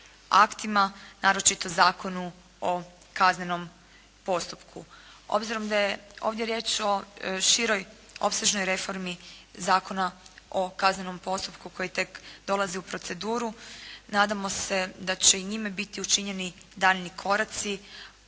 aktima naročito Zakonu o kaznenom postupku. Obzirom da je ovdje riječ o široj, opsežnoj reformi Zakona o kaznenom postupku koji tek dolazi u proceduru nadamo se da će i njime biti učinjeni daljnji koraci,